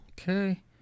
Okay